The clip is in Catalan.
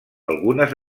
algunes